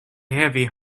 heavy